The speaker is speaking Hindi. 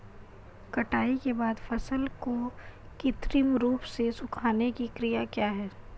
कटाई के बाद फसल को कृत्रिम रूप से सुखाने की क्रिया क्या है?